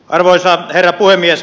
arvoisa herra puhemies